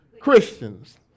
Christians